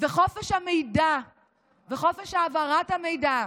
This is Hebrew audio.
חופש המידע וחופש העברת המידע,